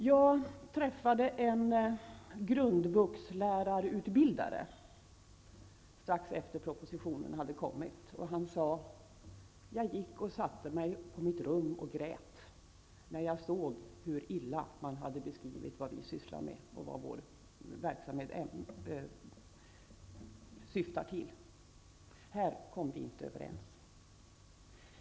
Jag träffade en grundvuxlärarutbildare strax efter det att propositionen hade kommit. Han sade: Jag gick och satte mig i mitt rum och grät när jag såg hur illa man hade beskrivit vad vi sysslar med och vad vår verksamhet har till syfte. Här kom vi inte överens.